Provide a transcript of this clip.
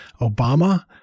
Obama